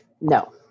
No